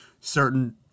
certain